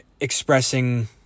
expressing